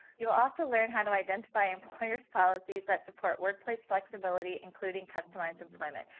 you will also learn how to identify employers policies that support workplace flexibility including customized employment.